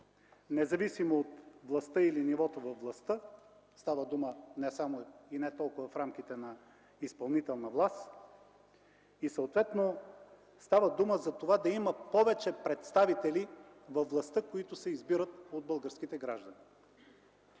независимо от властта или нивото във властта – става дума не само и не толкова в рамките на изпълнителната власт, и, съответно става дума за това, да имат повече представители във властта, които се избират от българските граждани.